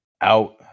out